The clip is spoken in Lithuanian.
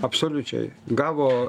absoliučiai gavo